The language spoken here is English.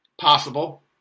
possible